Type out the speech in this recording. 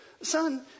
Son